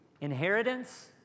Inheritance